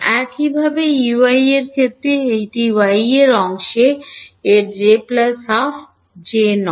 একইভাবে Ey এর ক্ষেত্রে এটি y অংশে এর j 12 j নয়